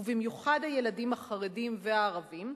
ובמיוחד הילדים החרדים והערבים,